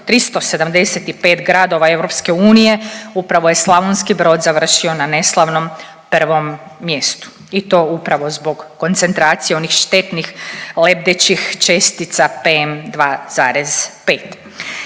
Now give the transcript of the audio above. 375 gradova EU-a upravo je Slavonski Brod završio na neslavnom 1. mjestu i to upravo zbog koncentracije onih štetnih lebdećih čestica PM 2,5.